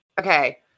Okay